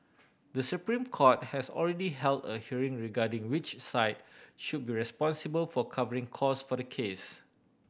The Supreme Court has already held a hearing regarding which side should be responsible for covering costs for the case